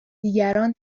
دیگران